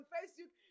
Facebook